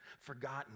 forgotten